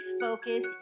focus